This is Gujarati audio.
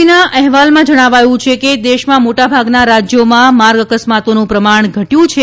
બી ના અહેવાલમાં જણાવાયું છે કે દેશમાં મોટા ભાગના રાજ્યોમાં માર્ગ અકસ્માતોનું પ્રમાણ ઘટ્યું છે